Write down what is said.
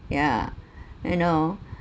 ya you know